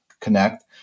connect